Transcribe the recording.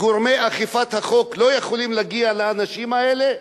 גורמי אכיפת החוק לא יכולים להגיע לאנשים האלה,